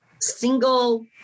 single